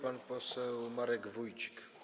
Pan poseł Marek Wójcik.